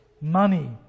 money